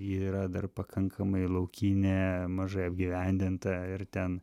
yra dar pakankamai laukinė mažai apgyvendinta ir ten